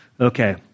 Okay